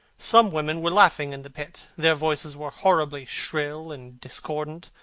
some women were laughing in the pit. their voices were horribly shrill and discordant.